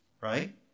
right